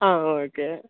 ஆ okay